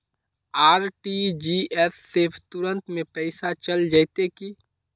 RTGS से तुरंत में पैसा चल जयते की?